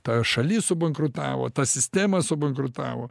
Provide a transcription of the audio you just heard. ta šalis subankrutavo ta sistema subankrutavo